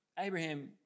Abraham